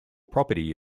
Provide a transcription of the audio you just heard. property